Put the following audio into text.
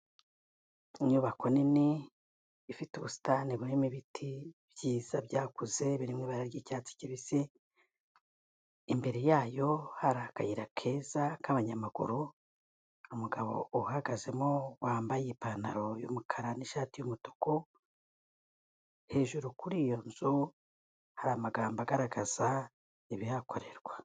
Inyubako nini ifite ubusitani burimo ibiti byiza byakuze biri mu ibara ry'icyatsi kibisi, imbere yayo hari akayira keza k'abanyamaguru, umugabo uhagazemo wambaye ipantaro y'umukara n'ishati y'umutuku, hejuru kuri iyo nzu hari amagambo agaragaza ibihakorerwa.